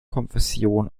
konfession